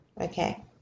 Okay